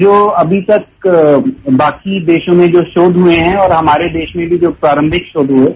जो अभी तक बाकी देशों में जो शोध हुए हैं और हमारे देश में भी जो प्रारंभिक शोध हुए हैं